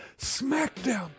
Smackdown